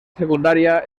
secundaria